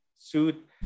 Suit